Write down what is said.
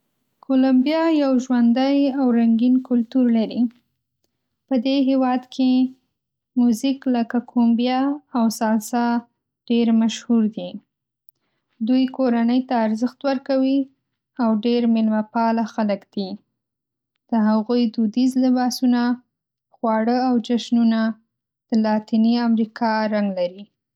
کولمبیا یو ژوندی او رنګین کلتور لري. په دې هېواد کې میوزیک لکه "کومبیا" او "سالسا" ډېر مشهور دي. دوی کورنۍ ته ارزښت ورکوي او ډېر میلمه‌پاله خلک دي. د هغوی دودیز لباسونه، خواړه او جشنونه د لاتینې امریکا رنګ لري.